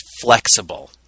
flexible